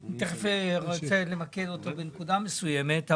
ארצה למקד אותו בנקודה מסוימת,